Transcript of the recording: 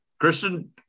Christian